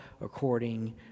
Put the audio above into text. according